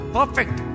Perfect